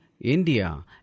India